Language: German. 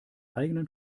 eigenen